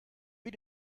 wie